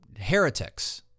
heretics